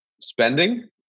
spending